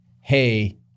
hey